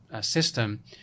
system